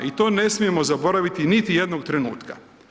I to ne smijemo zaboraviti niti jednog trenutka.